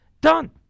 Done